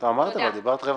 בעיקרון,